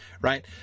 right